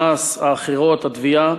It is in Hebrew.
המס, האחרות, התביעה,